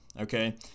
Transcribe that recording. okay